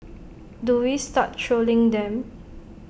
do we start trolling them